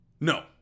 no